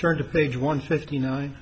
turn to page one fifty nine